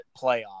playoff